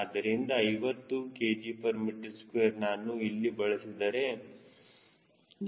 ಆದ್ದರಿಂದ 50 kgm2 ನಾನು ಇಲ್ಲಿ ಬಳಸಿದರೆ ನೀವು 9